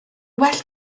well